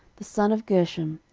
the son of gershom,